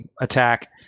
attack